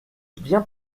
viens